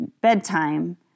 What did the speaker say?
bedtime